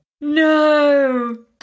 No